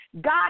God